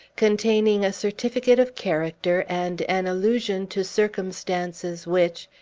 containing a certificate of character and an allusion to circumstances which,